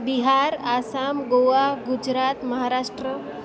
Bihar Assam Goa Gujarat Maharashtra